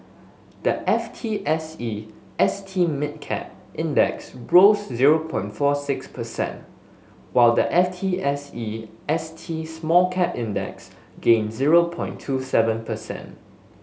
the F T S E S T Mid Cap Index rose zero point fore six percent while the F T S E S T Small Cap Index gained zero point two seven percent